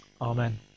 Amen